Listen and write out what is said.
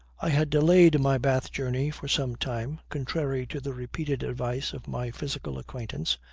i had delayed my bath journey for some time, contrary to the repeated advice of my physical acquaintance,